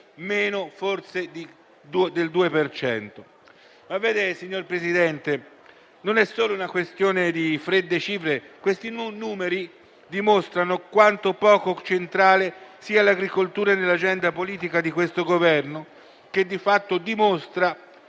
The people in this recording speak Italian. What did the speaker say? meno forse del 2 per cento. Signor Presidente, non è solo una questione di fredde cifre. Questi numeri dimostrano quanto poco centrale sia l'agricoltura nell'agenda politica di questo Governo, che di fatto dimostra